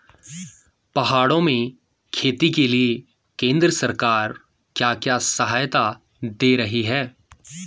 पहाड़ों में खेती के लिए केंद्र सरकार क्या क्या सहायता दें रही है?